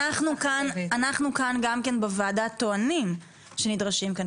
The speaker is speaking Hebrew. אנחנו כאן גם בוועדה טוענים שנדרשים כאן